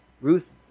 Ruth